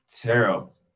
Terrible